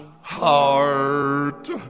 heart